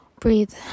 Breathe